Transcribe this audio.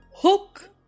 Hook